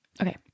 Okay